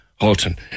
Halton